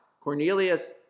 Cornelius